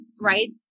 right